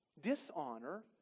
dishonor